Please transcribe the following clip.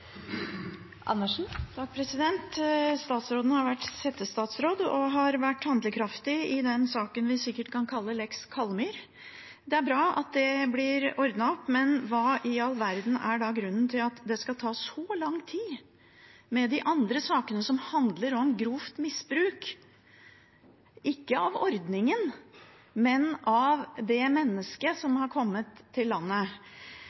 før påske. Statsråden har vært settestatsråd og har vært handlekraftig i den saken vi sikkert kan kalle Lex Kallmyr. Det er bra at det blir ordnet opp, men hva i all verden er grunnen til at det skal ta så lang tid med de andre sakene som handler om grovt misbruk – ikke av ordningen, men av det mennesket som har kommet til landet?